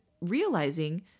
realizing